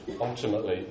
ultimately